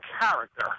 character